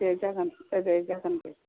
दे जागोन औ दे जागोन दे